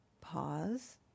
Pause